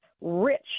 rich